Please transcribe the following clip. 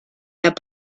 that